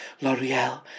L'Oreal